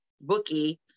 bookie